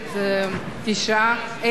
9, אין נמנעים.